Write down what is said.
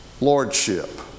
lordship